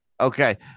Okay